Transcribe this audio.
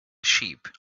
sheep